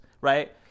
right